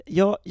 jag